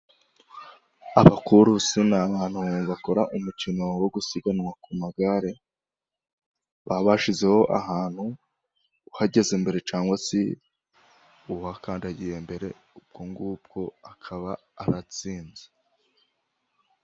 Abakurusi ni abantu bakora umukino wo gusiganwa ku magare, baba bashyizeho ahantu, uhagaze mbere, cyangwa se uwakandagiye mbere ubwo ngubwo akaba aratsinze.